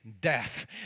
death